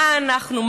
מה אנחנו,